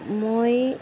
মই